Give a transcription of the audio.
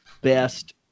best